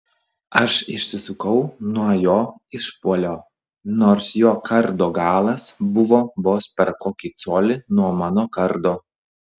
aš išsisukau nuo jo išpuolio nors jo kardo galas buvo vos per kokį colį nuo mano kardo